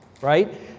right